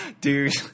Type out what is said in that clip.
dude